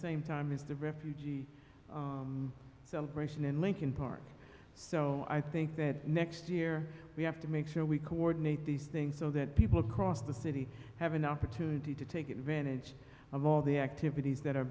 same time as the refugee celebration and linkin park so i think that next year we have to make sure we coordinate these things so that people across the city have an opportunity to take advantage of all the activities that are